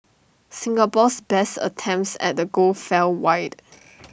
Singapore's best attempts at the goal fell wide